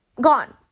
gone